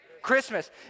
Christmas